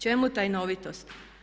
Čemu tajnovitost?